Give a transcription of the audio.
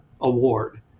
award